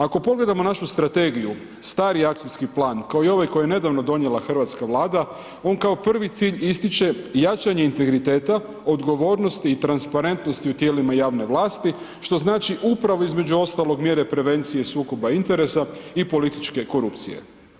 Ako pogledamo našu strategiju, stari akcijski plan kao i ovaj koji je nedavno donijela Hrvatska vlada on kao prvi cilj ističe jačanje integriteta, odgovornosti i transparentnosti u tijelima javne vlasti što znači upravo između ostalog mjere prevencije sukoba interesa i političke korupcije.